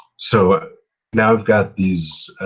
so now we've got these